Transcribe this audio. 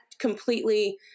completely